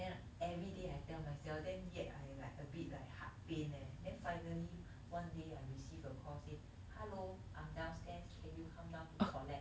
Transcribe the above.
and then everyday I tell myself then yet I like a bit like heart pain leh then finally one day I receive a call say hello I'm downstairs can you come down to collect